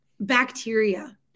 bacteria